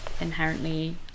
inherently